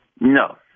no